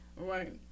Right